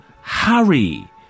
hurry